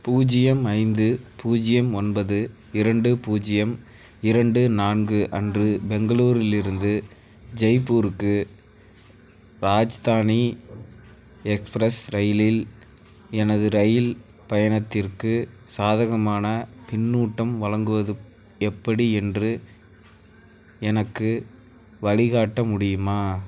பூஜ்ஜியம் ஐந்து பூஜ்ஜியம் ஒன்பது இரண்டு பூஜ்ஜியம் இரண்டு நான்கு அன்று பெங்களூரில் இருந்து ஜெய்ப்பூருக்கு ராஜ்தானி எக்ஸ்பிரஸ் ரயிலில் எனது ரயில் பயணத்திற்கு சாதகமான பின்னூட்டம் வழங்குவது எப்படி என்று எனக்கு வழிகாட்ட முடியுமா